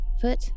foot